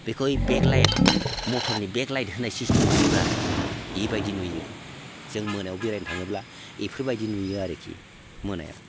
बेखौ बेकलाइट मथरनि बेकलाइट होनाय सिस्टेम नुयोब्रा बेबायदि नुयो जों मोनायाव बेरायनो थाङोब्ला इफोरबायदि नुयो आरोकि मोनायाव